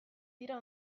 dira